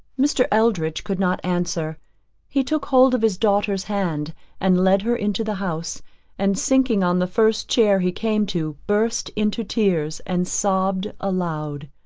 mr. eldridge could not answer he took hold of his daughter's hand and led her into the house and sinking on the first chair he came to, burst into tears, and sobbed aloud.